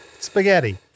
spaghetti